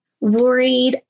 worried